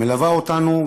מלווה אותנו,